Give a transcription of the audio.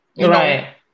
right